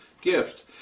gift